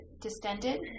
distended